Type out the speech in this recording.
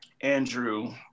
Andrew